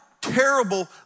terrible